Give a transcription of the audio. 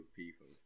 people